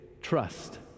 trust